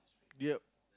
yep